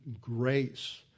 grace